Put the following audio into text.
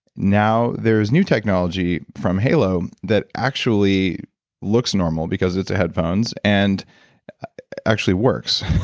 now, there is new technology from halo that actually looks normal, because it's a headphones, and actually works,